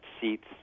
seats